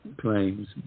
claims